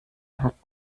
hat